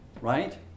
right